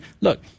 look